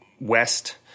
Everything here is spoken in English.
west